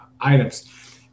items